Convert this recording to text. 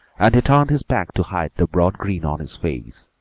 and he turned his back to hide the broad grin on his face,